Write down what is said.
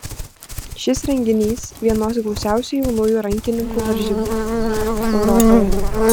šis renginys vienos gausiausių jaunųjų rankininkų varžybų europoje